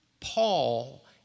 Paul